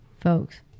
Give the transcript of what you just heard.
Folks